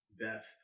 Beth